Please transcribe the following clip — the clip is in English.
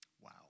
Wow